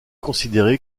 considéré